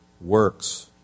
works